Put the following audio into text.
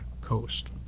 coast